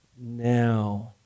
now